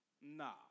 Nah